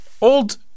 old